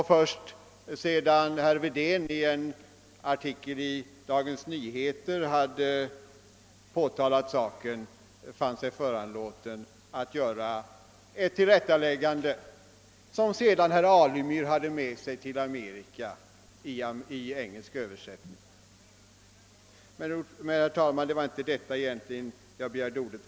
Först sedan herr Wedén i en artikel i Dagens Nyheter hade påtalat saken fann han sig föranlåten att göra ett tillrättaläggande, som sedan herr Alemyr hade med sig till Amerika i engelsk översättning. Men det var egentligen inte för att säga detta som jag begärde ordet.